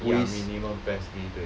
ya minimum PES B 对